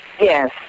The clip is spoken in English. Yes